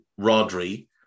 Rodri